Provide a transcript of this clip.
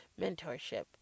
mentorship